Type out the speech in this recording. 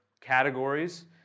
categories